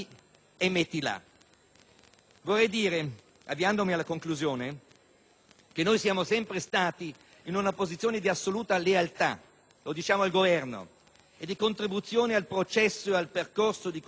Vorrei dire che noi siamo sempre stati in una posizione di assoluta lealtà - lo diciamo al Governo - e di contribuzione al processo e percorso di costituzione dei provvedimenti;